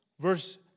Verse